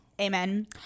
amen